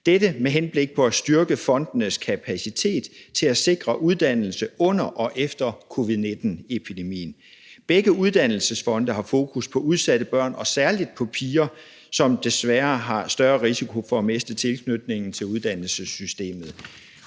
Dette var med henblik på styrke fondenes kapacitet til at sikre uddannelse under og efter covid-19-epidemien. Begge uddannelsesfonde har fokus på udsatte børn og særlig på piger, som desværre har større risiko for at miste tilknytningen til uddannelsessystemet.